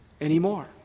anymore